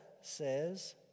says